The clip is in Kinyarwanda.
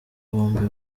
bombi